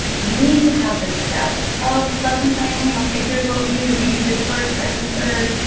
need to have the steps of lesson planning. okay here is what we do, we do this first, second, third.